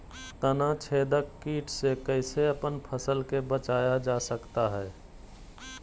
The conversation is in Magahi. तनाछेदक किट से कैसे अपन फसल के बचाया जा सकता हैं?